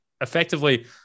effectively